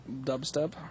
dubstep